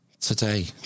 today